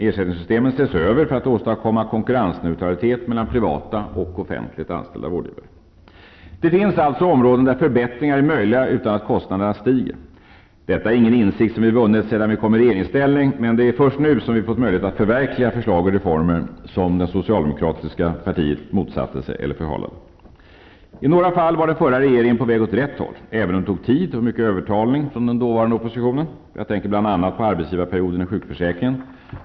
Ersättningssystemet ses över för att åstadkomma konkurrensneutralitet mellan privata och offentligt anställda vårdgivare. Det finns alltså områden där förbättringar är möjliga utan att kostnaderna stiger. Detta är ingen insikt som vi vunnit sedan vi kom i regeringsställning, men det är först nu som vi fått möjlighet att förverkliga förslag och reformer som det socialdemokratiska partiet motsatte sig eller förhalade. I några fall var den förra regeringen på väg åt rätt håll, även om det tog tid och krävdes mycket övertalning från oppositionen. Jag tänker bl.a. på arbetsgivarperioden i sjukförsäkringen.